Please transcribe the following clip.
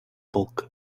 bulk